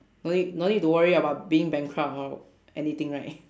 no need no need to worry about being bankrupt or anything right